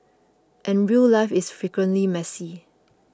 and real life is frequently messy